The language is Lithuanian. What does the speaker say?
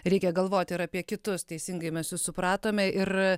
reikia galvoti ir apie kitus teisingai mes jus supratome ir